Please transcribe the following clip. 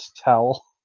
towel